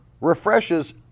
refreshes